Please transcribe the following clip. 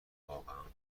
واقعا